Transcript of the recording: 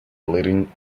leading